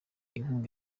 inkunga